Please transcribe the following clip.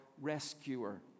rescuer